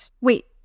Wait